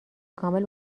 کامل